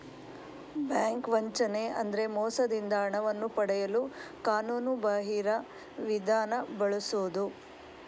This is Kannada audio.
ಬ್ಯಾಂಕ್ ವಂಚನೆ ಅಂದ್ರೆ ಮೋಸದಿಂದ ಹಣವನ್ನು ಪಡೆಯಲು ಕಾನೂನುಬಾಹಿರ ವಿಧಾನ ಬಳಸುದು